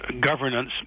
governance